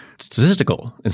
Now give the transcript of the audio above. statistical